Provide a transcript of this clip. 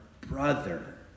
brother